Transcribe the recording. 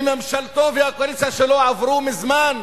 וממשלתו והקואליציה שלו עברו מזמן.